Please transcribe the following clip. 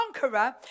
conqueror